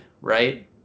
right